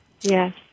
Yes